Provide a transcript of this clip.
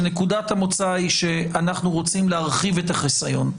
נקודת המוצא היא שאנחנו רוצים להרחיב את החיסיון,